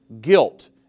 guilt